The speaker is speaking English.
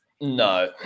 No